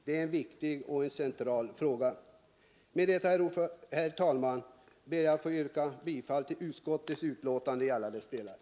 Det är en viktig och central fråga. Med detta, herr talman, ber jag få yrka bifall till utskottets hemställan